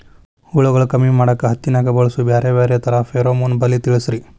ಹುಳುಗಳು ಕಮ್ಮಿ ಮಾಡಾಕ ಹತ್ತಿನ್ಯಾಗ ಬಳಸು ಬ್ಯಾರೆ ಬ್ಯಾರೆ ತರಾ ಫೆರೋಮೋನ್ ಬಲಿ ತಿಳಸ್ರಿ